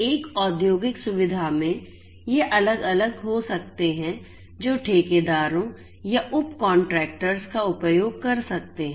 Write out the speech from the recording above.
एक औद्योगिक सुविधा में ये अलग अलग हो सकते हैं जो ठेकेदारों या उप कॉन्ट्रैक्टर्स का उपयोग कर सकते हैं